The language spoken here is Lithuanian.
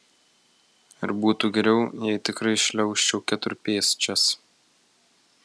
ar būtų geriau jei tikrai šliaužčiau keturpėsčias